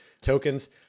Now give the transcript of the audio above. tokens